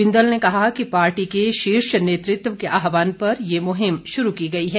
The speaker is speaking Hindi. बिंदल ने कहा कि पार्टी के शीर्ष नेतृत्व के आहवान पर ये मुहिम शुरू की गई है